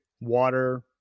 water